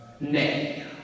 Nay